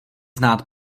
znát